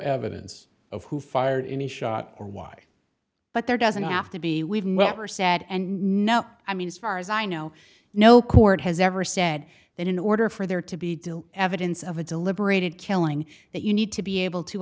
evidence of who fired a shot or why but there doesn't have to be we've never said and no i mean as far as i know no court has ever said that in order for there to be deal evidence of a deliberated killing that you need to be able to